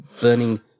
burning